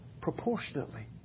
proportionately